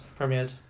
premiered